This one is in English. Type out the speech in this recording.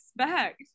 expect